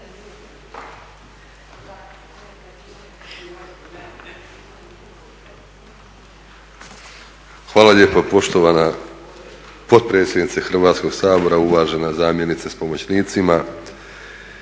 Hvala lijepa poštovana potpredsjednice Hrvatskog sabora. Uvažena zamjenice s pomoćnicima.